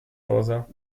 cosa